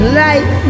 life